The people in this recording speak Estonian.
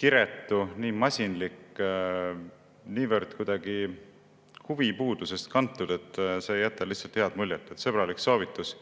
kiretu, niivõrd masinlik, niivõrd kuidagi huvipuudusest kantud, et see ei jäta lihtsalt head muljet. Sõbralik soovitus: